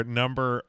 number